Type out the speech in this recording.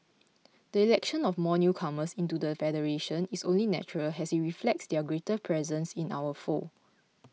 the election of more newcomers into the federation is only natural as it reflects their greater presence in our fold